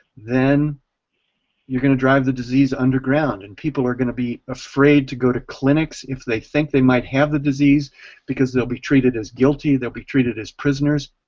you're going to drive the disease underground, and people are going to be afraid to go to clinics if they think they might have the disease because they'll be treated as guilty. they'll be treated as prisoners.